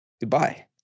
goodbye